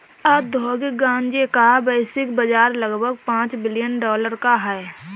औद्योगिक गांजे का वैश्विक बाजार लगभग पांच बिलियन डॉलर का है